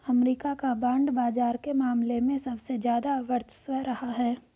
अमरीका का बांड बाजार के मामले में सबसे ज्यादा वर्चस्व रहा है